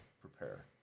prepare